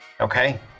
Okay